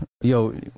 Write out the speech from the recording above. Yo